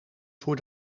voor